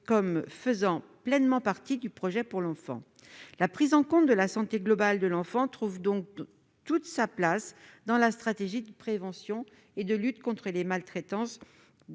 comme faisant pleinement partie du projet pour l'enfant. » La prise en compte de la santé globale de l'enfant trouve donc toute sa place dans la stratégie de prévention et de lutte contre la maltraitance